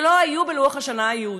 שלא היו בלוח השנה היהודי,